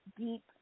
deep